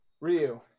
Ryu